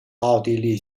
奥地利